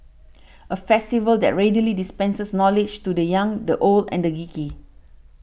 a festival that readily dispenses knowledge to the young the old and the geeky